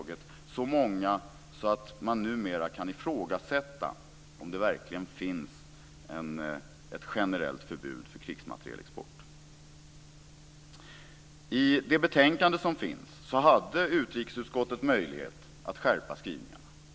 De är så många att man numera kan ifrågasätta om det verkligen finns ett generellt förbud mot krigsmaterielexport. I det betänkande som finns hade utrikesutskottet möjlighet att skärpa skrivningarna.